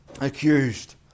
accused